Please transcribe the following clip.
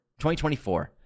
2024